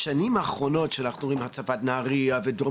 השנים האחרונות שאנחנו רואים בהן הצפה בנהריה ודרום